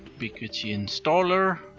ubiquiti-installer